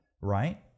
right